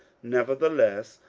nevertheless,